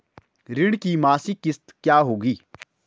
ऋण की मासिक किश्त क्या होगी?